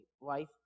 wife